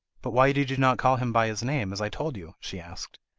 but why did you not call him by his name, as i told you she asked.